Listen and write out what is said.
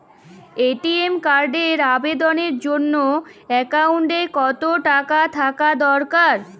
ATM কার্ডের আবেদনের জন্য অ্যাকাউন্টে কতো টাকা থাকা দরকার?